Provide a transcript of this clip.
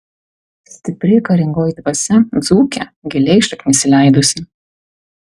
stipri karingoji dvasia dzūke giliai šaknis įleidusi